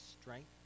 strength